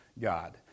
God